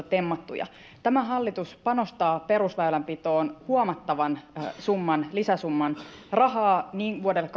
temmattuja tämä hallitus panostaa perusväylänpitoon huomattavan lisäsumman rahaa niin vuodelle